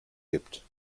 gibt